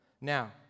Now